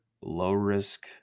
low-risk